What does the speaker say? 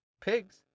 Pigs